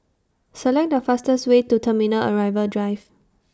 Select The fastest Way to Terminal Arrival Drive